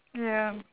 ya